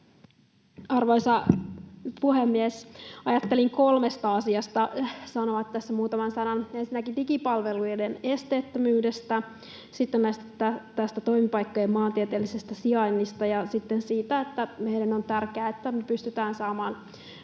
Arvoisa puhemies! Ajattelin kolmesta asiasta sanoa tässä muutaman sanan: ensinnäkin digipalveluiden esteettömyydestä, sitten tästä toimipaikkojen maantieteellisestä sijainnista ja sitten siitä, että on tärkeää, että me pystytään saamaan